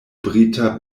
brita